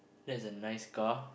that's a nice car